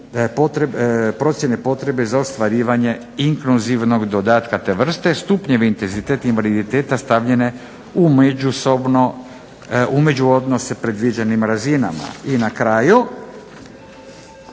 procjene potrebe za ostvarivanje inkluzivnog dodatka te vrste, stupnjeve intenziteta invaliditeta stavljene u međuodnose predviđenim razinama. I na kraju,